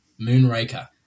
Moonraker